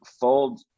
Fold